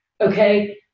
okay